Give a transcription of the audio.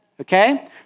okay